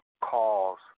calls